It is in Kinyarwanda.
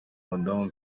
madamu